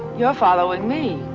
you're following me.